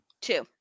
two